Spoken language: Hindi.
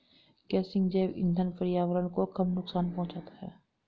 गेसिंग जैव इंधन पर्यावरण को कम नुकसान पहुंचाता है